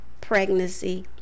pregnancy